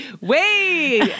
wait